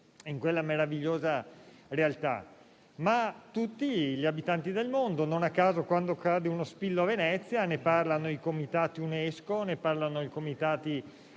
in quella meravigliosa realtà, ma tutti gli abitanti del mondo. Non a caso, quando cade uno spillo a Venezia, ne parlano i comitati UNESCO, i comitati